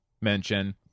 mention